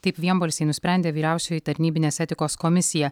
taip vienbalsiai nusprendė vyriausioji tarnybinės etikos komisija